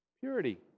Purity